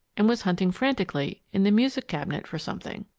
and was hunting frantically in the music cabinet for something.